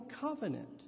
covenant